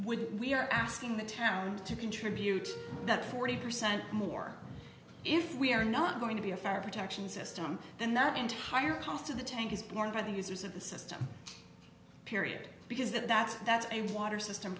would we're asking the town to contribute that forty percent more if we are not going to be a fire protection system then that entire cost of the tank is borne by the users of the system period because that's that's a water system